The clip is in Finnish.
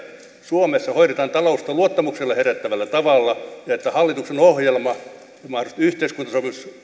suomessa hoidetaan taloutta luottamusta herättävällä tavalla ja että hallituksen ohjelma ja mahdollisesti yhteiskuntasopimus